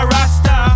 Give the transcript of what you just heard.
Rasta